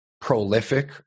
prolific